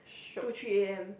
two three A_M